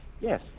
Yes